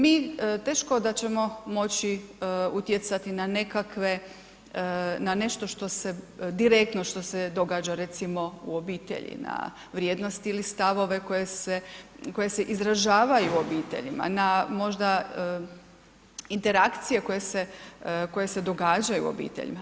Mi teško da ćemo moći utjecati na nekakve, na nešto što se, direktno što se događa recimo u obitelji na vrijednost ili stavove koji se izražavaju obiteljima, na možda interakcije koje se događaju u obiteljima.